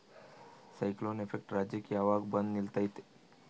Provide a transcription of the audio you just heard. Cyclone effect ರಾಜ್ಯಕ್ಕೆ ಯಾವಾಗ ಬಂದ ನಿಲ್ಲತೈತಿ?